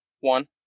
One